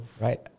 right